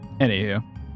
Anywho